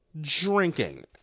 drinking